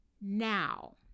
now